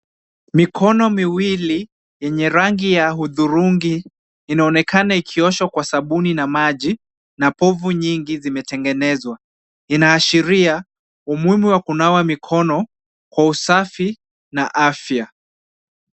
Mikono miwili yenye rangi ya hudhurungi, inaonekana ikioshwa kwa sabuni na maji na pofu nyingi zimetengenezwa. Inaashiria umuhimu wa kunawa mikono kwa usafi na afya.